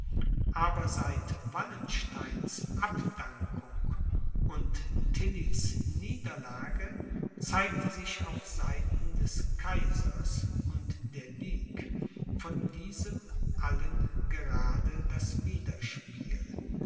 aber seit wallensteins abdankung und tillys niederlage zeigte sich auf seiten des kaisers und der ligue von diesem allen gerade das widerspiel